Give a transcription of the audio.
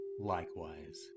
likewise